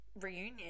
reunion